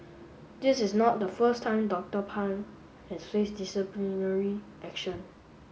this is not the first time Doctor Pang has faced disciplinary action